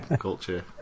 culture